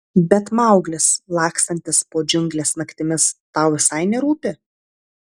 bet mauglis lakstantis po džiungles naktimis tau visai nerūpi